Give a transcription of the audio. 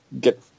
get